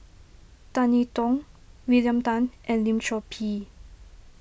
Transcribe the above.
Tan I Tong William Tan and Lim Chor Pee